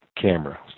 camera